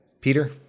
Peter